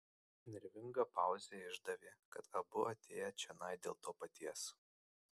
nervinga pauzė išdavė kad abu atėję čionai dėl to paties